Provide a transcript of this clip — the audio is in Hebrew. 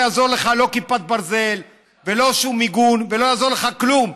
לא יעזור לך לא כיפת ברזל ולא שום מיגון ולא יעזור לך כלום,